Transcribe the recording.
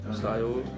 style